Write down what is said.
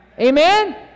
Amen